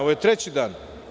Ovo je treći dan.